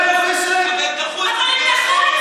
אבל יש הרבה זוגות שזה היה היום היפה שלהם והם דחו את זה.